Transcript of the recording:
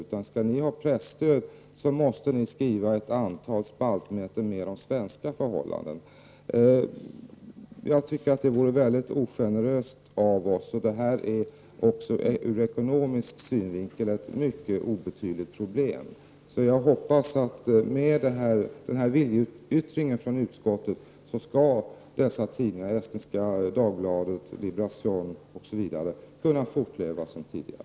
Om ni skall ha presstöd, måste ni skriva ett antal spaltmeter mer om svenska förhållanden. Jag anser att det vore väldigt ogeneröst av oss. Detta är också ur ekonomisk synvinkel ett mycket obetydligt problem. Jag hoppas att dessa tidningar — Estniska Dagbladet, Liberacion m.fl. — skall kunna fortleva som tidigare i och med denna viljeyttring från utskottet.